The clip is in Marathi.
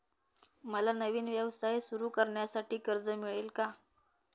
मला नवीन व्यवसाय सुरू करण्यासाठी कर्ज मिळेल का?